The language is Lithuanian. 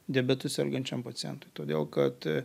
diabetu sergančiam pacientui todėl kad